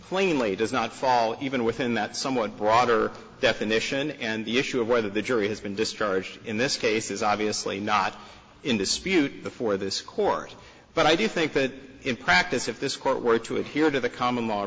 plainly does not follow even within that somewhat broader definition and the issue of whether the jury has been discharged in this case is obviously not in dispute before this court but i do think that in practice if this court were to adhere to the common law